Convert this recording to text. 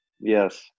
Yes